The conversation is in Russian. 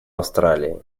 австралии